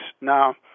Now